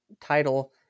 title